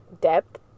depth